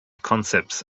concepts